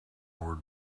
were